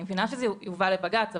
אני מבינה שזה יובא לבג"צ,